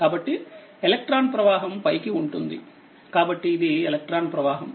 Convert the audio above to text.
కాబట్టి ఎలక్ట్రాన్ ప్రవాహం పైకి ఉంటుంది కాబట్టి ఇది ఎలక్ట్రాన్ ప్రవాహం